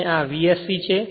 અને આ V s c છે